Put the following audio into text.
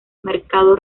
mercado